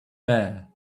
bare